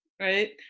Right